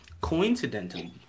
coincidentally